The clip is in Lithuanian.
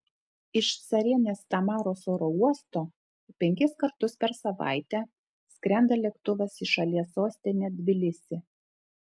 iš carienės tamaros oro uosto penkis kartus per savaitę skrenda lėktuvas į šalies sostinę tbilisį